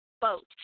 Boat